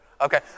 okay